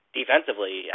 defensively